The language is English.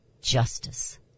justice